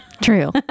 true